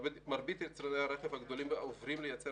מרבית יצרני הרכב הגדולים עוברים לייצר